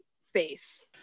space